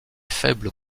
faible